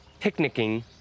picnicking